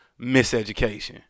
miseducation